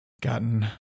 gotten